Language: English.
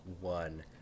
one